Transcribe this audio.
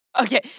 Okay